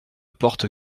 porte